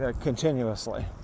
continuously